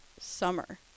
summer